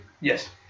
yes